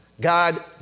God